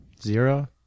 zero